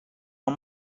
are